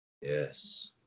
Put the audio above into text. Yes